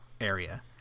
area